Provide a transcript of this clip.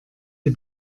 die